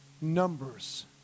numbers